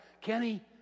Kenny